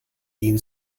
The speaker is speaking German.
ihn